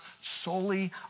solely